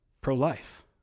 Pro-life